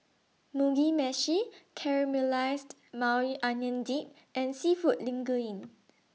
Mugi Meshi Caramelized Maui Onion Dip and Seafood Linguine